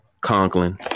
Conklin